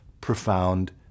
profound